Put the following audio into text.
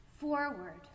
forward